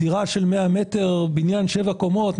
דירת בת 100 מ"ר בבניין של שבע קומות,